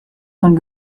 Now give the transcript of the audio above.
von